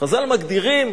חז"ל מגדירים